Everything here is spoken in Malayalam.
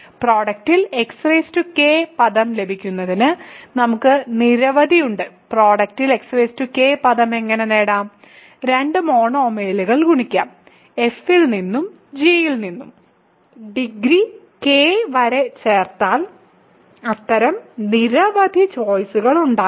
പ്രൊഡക്ടിൽ xk പദം ലഭിക്കുന്നതിന് നമുക്ക് നിരവധി ഉണ്ട് പ്രൊഡക്ടിൽ xk പദം എങ്ങനെ നേടാം രണ്ട് മോണോമിയലുകൾ ഗുണിക്കാം f ഇൽ നിന്നും g ഇൽ നിന്നും ഡിഗ്രി k വരെ ചേർത്താൽ അത്തരം നിരവധി ചോയ്സുകൾ ഉണ്ടാകാം